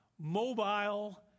mobile